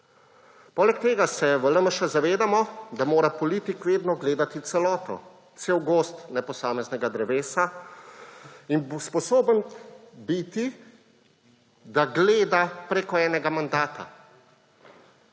Poleg tega se v LMŠ zavedamo, da mora politik vedno gledati celoto, cel gozd, ne posameznega drevesa, in da bo sposoben biti, da gleda preko enega mandata